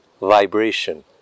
vibration